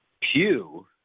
Pew